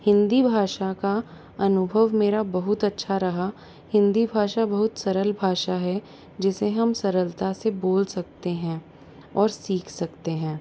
हिंदी भाषा का अनुभव मेरा बहुत अच्छा रहा हिंदी भाषा बहुत सरल भाषा है जिसे हम सरलता से बोल सकते हैं और सीख सकते हैं